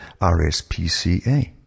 RSPCA